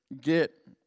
get